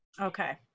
Okay